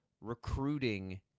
recruiting